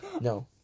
No